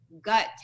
gut